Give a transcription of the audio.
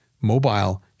mobile